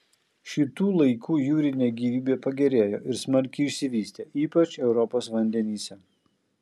šitų laikų jūrinė gyvybė pagerėjo ir smarkiai išsivystė ypač europos vandenyse